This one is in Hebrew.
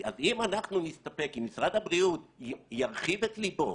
אם משרד הבריאות ירחיב את ליבו